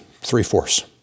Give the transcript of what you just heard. three-fourths